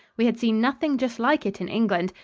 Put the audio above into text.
we had seen nothing just like it in england,